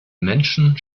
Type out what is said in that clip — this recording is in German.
menschen